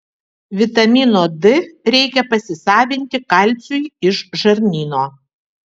vitamino d reikia pasisavinti kalciui iš žarnyno